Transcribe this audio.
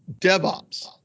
DevOps